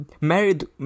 married